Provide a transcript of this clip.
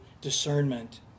discernment